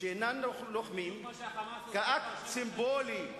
שאינם לוחמים, כאקט סימבולי.